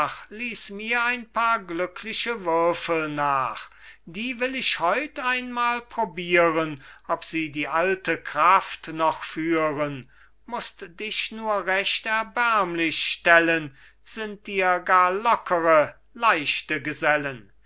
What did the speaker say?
ließ mir ein paar glückliche würfel nach die will ich heut einmal probieren ob sie die alte kraft noch führen mußt dich nur recht erbärmlich stellen sind dir gar lockere leichte gesellen